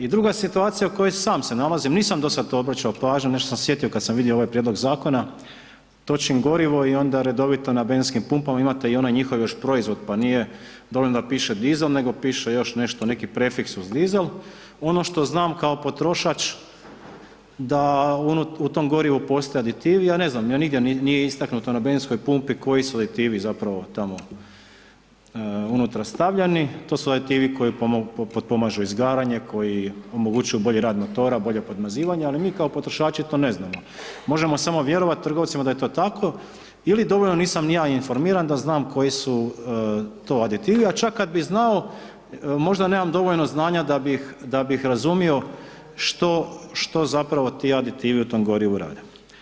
I druga situacija u kojoj i sam se nalazim, nisam do sad to obraćao pažnju, nešto sam se sjetio kad sam vidio ovaj prijedlog zakona, točim gorivo i onda redovito na benzinskim pumpama imate i one njihov još proizvod, pa nije dovoljno da piše dizel nego piše još nešto, Ono što znam kao potrošač da u tom gorivo postoje aditivi, ja ne znam, nigdje nije istaknuto na benzinskoj pumpi koji su aditivi zapravo tamo unutra stavljeni, to su aditivi koji potpomažu izgaranje, koji omogućuju bolji rad motora, bolje podmazivanje ali mi kao potrošači to ne znamo, možemo samo vjerovati trgovcima da je to tako ili dovoljno nisam ni ja informiran koji su to aditivi a čak kad bi znao, možda nemam dovoljno znanja da bih razumio što zapravo ti aditivi u tom gorivu rade.